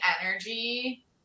energy